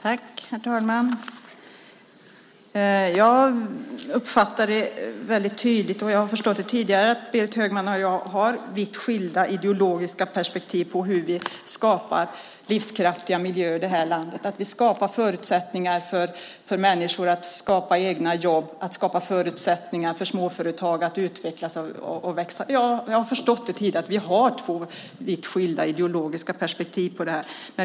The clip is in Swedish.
Herr talman! Jag uppfattar väldigt tydligt, och jag har förstått det tidigare, att Berit Högman och jag har vitt skilda ideologiska perspektiv på hur vi skapar livskraftiga miljöer i det här landet. Vi skapar förutsättningar för människor att skapa egna jobb och för småföretag att utvecklas och växa. Jag har förstått tidigare att vi har två vitt skilda ideologiska perspektiv på det.